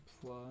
Plus